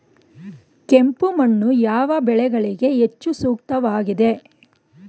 ಕೆಂಪು ಮಣ್ಣು ಯಾವ ಬೆಳೆಗಳಿಗೆ ಹೆಚ್ಚು ಸೂಕ್ತವಾಗಿದೆ?